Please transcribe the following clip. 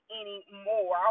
anymore